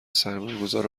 سرمایهگذار